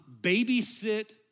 babysit